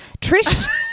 Trish